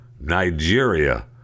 nigeria